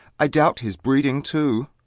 i doubt his breeding, too.